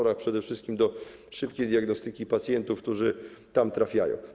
Służyły przede wszystkim do szybkiej diagnostyki pacjentów, którzy tam trafiają.